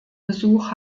besuch